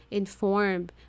informed